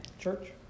Church